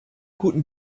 guten